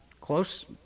close